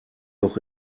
auch